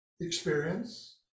experience